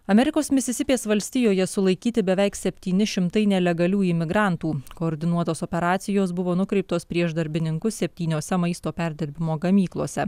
amerikos misisipės valstijoje sulaikyti beveik septyni šimtai nelegalių imigrantų koordinuotos operacijos buvo nukreiptos prieš darbininkus septyniose maisto perdirbimo gamyklose